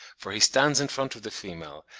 for he stands in front of the female,